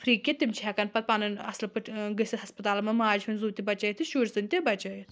free کہِ تِم چھِ ہیٚکان پَتہٕ پَنُن اصٕل پٲٹھۍ ٲں گٔژھِتھ ہَسپَتالَن منٛز ماجہِ ہُنٛد زُو تہِ بَچٲیِتھ شُرۍ سُنٛد تہِ بَچٲیِتھ